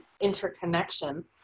interconnection